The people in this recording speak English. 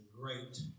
great